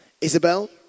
Isabel